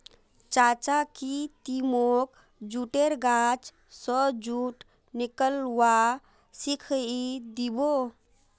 चाचा की ती मोक जुटेर गाछ स जुट निकलव्वा सिखइ दी बो